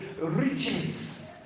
riches